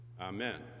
Amen